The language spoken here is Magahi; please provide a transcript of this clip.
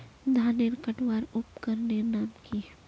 धानेर कटवार उपकरनेर नाम की?